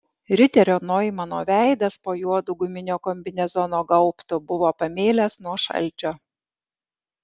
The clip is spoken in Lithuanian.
riterio noimano veidas po juodu guminio kombinezono gaubtu buvo pamėlęs nuo šalčio